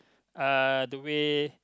uh the way